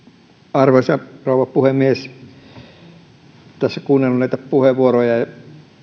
arvoisa rouva puhemies olen tässä kuunnellut näitä puheenvuoroja ja